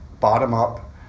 bottom-up